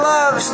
Love